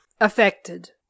Affected